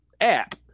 app